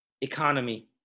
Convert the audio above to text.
economy